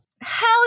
Hell